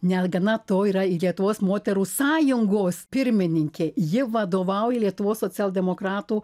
negana to yra lietuvos moterų sąjungos pirmininkė ji vadovauja lietuvos socialdemokratų